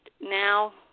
now